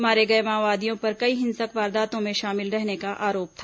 मारे गए माओवादियों पर कई हिंसक वारदातों में शामिल रहने का आरोप था